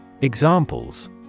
Examples